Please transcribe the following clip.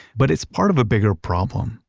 but it's part of a bigger problem.